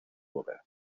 obra